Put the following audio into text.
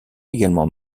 également